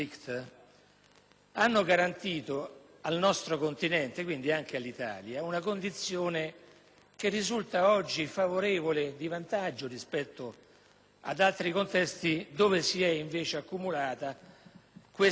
hanno garantito al nostro continente, e quindi anche all'Italia, una condizione che risulta oggi favorevole, di vantaggio, rispetto ad altri contesti, dove invece si è accumulato un eccessivo